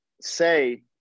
say